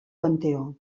panteó